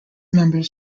members